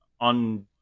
on